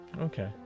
Okay